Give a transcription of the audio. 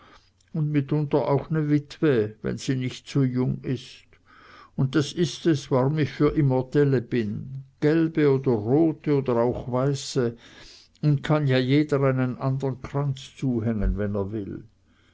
un mitunter auch ne witwe wenn sie nich zu jung is un das is es warum ich für immortelle bin gelbe oder rote oder auch weiße un kann ja jeder einen andern kranz zuhängen wenn er will